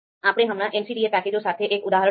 આપણે હમણાં MCDA પેકેજો સાથે એક ઉદાહરણ જોયું